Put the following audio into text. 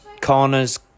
Corner's